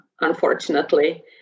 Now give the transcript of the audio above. unfortunately